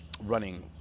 running